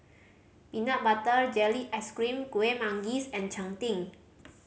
peanut butter jelly ice cream Kuih Manggis and cheng tng